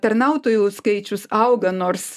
tarnautojų skaičius auga nors